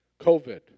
COVID